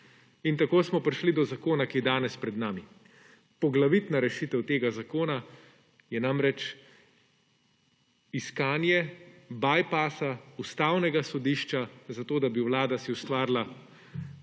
Tako smo prišli do zakona, ki je danes pred nami. Poglavitna rešitev tega zakona je namreč iskanje bajpasa Ustavnega sodišča, zato da bi si Vlada ustvarila novo